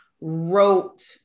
wrote